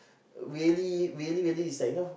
really really really is like you know